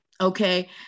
okay